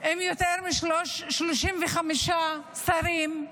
עם יותר מ-35 שרים,